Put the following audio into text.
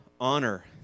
Honor